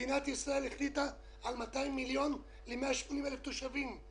מדינת ישראל החליטה על 200 מיליון שקל ל-180,000 תושבים,